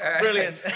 brilliant